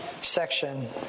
section